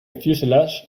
fuselage